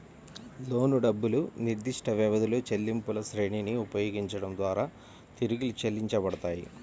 లోను డబ్బులు నిర్దిష్టవ్యవధిలో చెల్లింపులశ్రేణిని ఉపయోగించడం ద్వారా తిరిగి చెల్లించబడతాయి